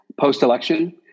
post-election